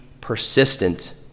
persistent